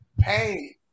pain